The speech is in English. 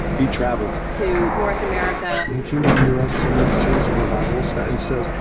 he traveled. to north america he came to the u s. and led a series of revivals and says,